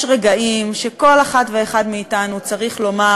יש רגעים שכל אחת ואחד מאתנו צריך לומר: